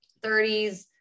30s